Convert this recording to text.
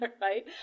right